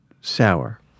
Sour